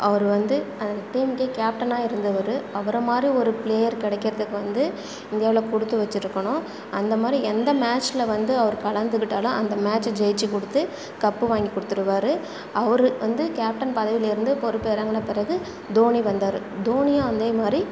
அவர் வந்து டீம்க்கே கேப்டனாக இருந்தவர் அவரை மாதிரி ஒரு பிளேயர் கிடைக்கிறதுக்கு வந்து இந்தியாவில் கொடுத்து வச்சிருக்கணும் அந்தமாதிரி எந்த மேட்ச்ல வந்து அவர் கலந்துக்கிட்டாலும் அந்த மேட்ச்சை ஜெயிச்சிக் கொடுத்து கப்பு வாங்கிக் கொடுத்துருவாரு அவர் வந்து கேப்டன் பதவியில் இருந்து பொறுப்பு இறங்குனப்பிறகு தோனி வந்தார் தோனியும் அதேமாதிரி